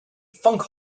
funk